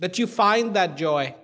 that you find that joy